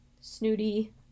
snooty